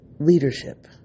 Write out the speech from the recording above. Leadership